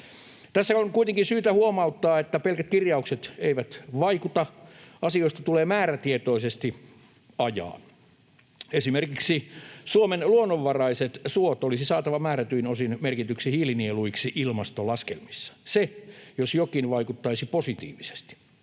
Tässä on kuitenkin syytä huomauttaa, että pelkät kirjaukset eivät vaikuta, asioita tulee määrätietoisesti ajaa. Esimerkiksi Suomen luonnonvaraiset suot olisi saatava määrätyin osin merkityiksi hiilinieluiksi ilmastolaskelmissa — se jos jokin vaikuttaisi positiivisesti.